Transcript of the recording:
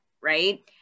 right